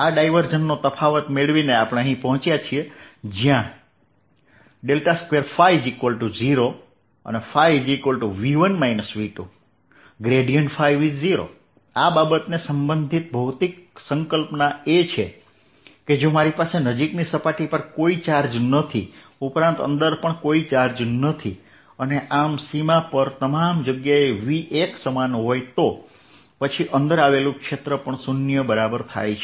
આ ડાઇવર્ઝનનો તફાવત મેળવીને આપણે અહીં પહોંચ્યા જ્યાં 2ϕ0 ϕV1 V2 ϕ0 આ બાબતને સંબંધિત ભૌતિક સંકલ્પના એ છે કે જો મારી પાસે નજીકની સપાટી પર કોઇ ચાર્જ નથી ઉપરાંત અંદર પણ કોઈ ચાર્જ નથી અને આમ સીમા પર તમામ જગ્યાએ V એક સમાન હોય તો પછી અંદર આવેલું ક્ષેત્ર 0 બરાબર છે